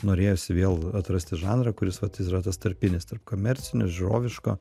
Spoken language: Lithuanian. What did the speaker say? norėjosi vėl atrasti žanrą kuris vat yra tas tarpinis tarp komercinio žiūroviško